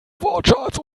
wortschatz